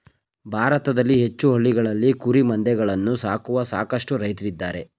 ಭಾರತದಲ್ಲಿ ಹೆಚ್ಚು ಹಳ್ಳಿಗಳಲ್ಲಿ ಕುರಿಮಂದೆಗಳನ್ನು ಸಾಕುವ ಸಾಕಷ್ಟು ರೈತ್ರಿದ್ದಾರೆ